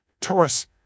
Taurus